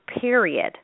period